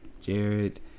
Jared